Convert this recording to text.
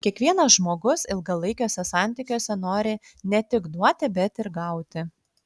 kiekvienas žmogus ilgalaikiuose santykiuose nori ne tik duoti bet ir gauti